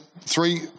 three